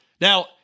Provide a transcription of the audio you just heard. Now